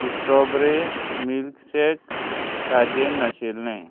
strawberry milkshake ताजें नाशिल्लें